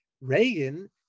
Reagan